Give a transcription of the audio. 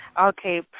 Okay